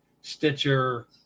Stitcher